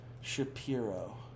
Shapiro